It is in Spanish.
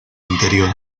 interior